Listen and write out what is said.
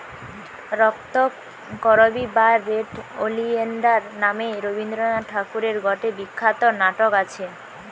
রক্তকরবী বা red oleander নামে রবীন্দ্রনাথ ঠাকুরের গটে বিখ্যাত নাটক আছে